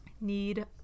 Need